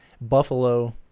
Buffalo